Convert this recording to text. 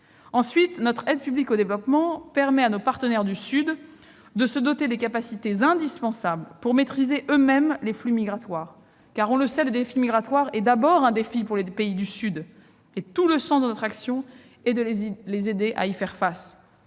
Ensuite, notre aide publique au développement permet à nos partenaires du Sud de se doter des capacités indispensables pour maîtriser eux-mêmes les flux migratoires. On le sait, en effet, le défi migratoire est d'abord un défi pour les pays du Sud, et tout le sens de notre action est de les aider à y faire face.